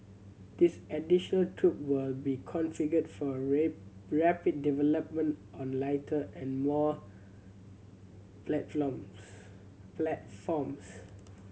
this additional troop will be configured for rip rapid development on lighter and more platforms